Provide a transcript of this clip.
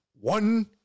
one